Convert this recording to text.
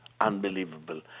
unbelievable